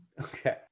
Okay